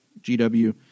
GW